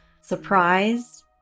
surprised